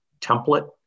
template